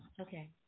Okay